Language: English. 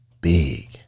big